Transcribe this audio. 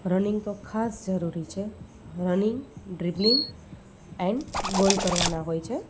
running તો ખાસ જરૂરી છે રનિંગ ડ્રિબલીંગ ઍન્ડ ગોલ કરવાનાં હોય છે